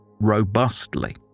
robustly